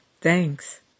Thanks